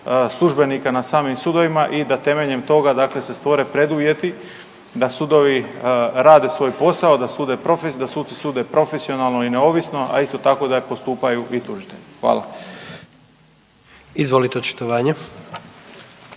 službenika na samim sudovima i da temeljem toga dakle se stvore preduvjeti da sudovi rade svoj posao, da sude .../nerazumljivo/... da suci sude profesionalno i neovisno, a isto tako da postupaju i tužitelji. Hvala. **Jandroković,